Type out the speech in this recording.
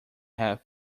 have